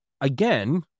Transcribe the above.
Again